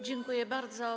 Dziękuję bardzo.